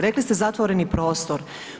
Rekli ste zatvoreni prostor.